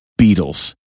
Beatles